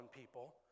people